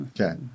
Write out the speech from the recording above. Okay